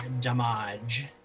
damage